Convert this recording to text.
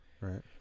right